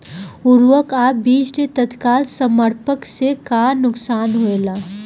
उर्वरक अ बीज के तत्काल संपर्क से का नुकसान होला?